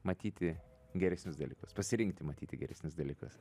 matyti geresnius dalykus pasirinkti matyti geresnius dalykus